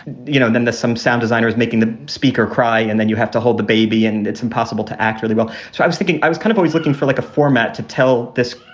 you know, then there's some sound designers making the speaker cry and then you have to hold the baby and it's impossible to act really well. so i was thinking i was kind of always looking for like a format to tell this,